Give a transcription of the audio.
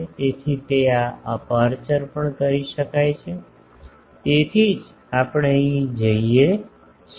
તેથી તે આ અપેર્ચર પણ કરી શકાય છે તેથી જ આપણે અહીં જઈએ છીએ